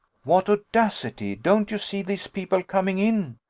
what audacity don't you see these people coming in?